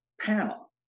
panel